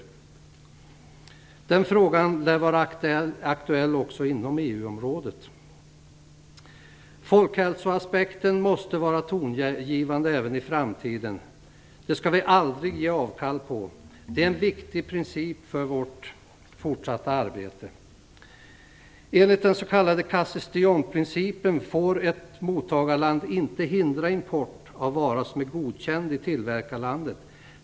Den frågan lär vara aktuell även inom EU-området. Folkhälsoaspekten måste vara tongivande även i framtiden. Den skall vi aldrig ge avkall på. Det är en viktig princip för vårt fortsatta arbete. Enligt den s.k. Cassis de Dijon-principen får ett mottagarland inte hindra import av en vara som är godkänd i tillverkarlandet.